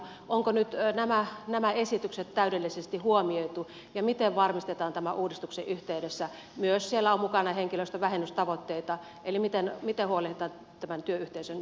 onko nyt nämä esitykset täydellisesti huomioitu ja miten huolehditaan tämän uudistuksen yhteydessä siellä on mukana myös henkilöstön vähennystavoitteita tämän työyhteisön hyvinvoinnista